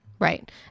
Right